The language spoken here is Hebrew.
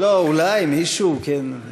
אולי יבואו עוד.